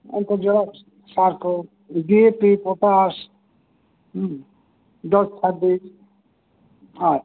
ᱚᱱᱠᱟᱱ ᱡᱟᱦᱟ ᱥᱟᱨ ᱠᱚ ᱰᱤ ᱮ ᱯᱤ ᱯᱳᱴᱟᱥ ᱫᱚᱥᱪᱪᱷᱟᱵᱤᱥ ᱟᱨ